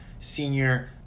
senior